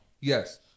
yes